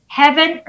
heaven